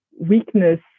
weakness